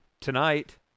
tonight